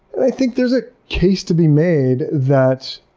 i think there's a case to be made that